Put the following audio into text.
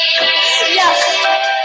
Yes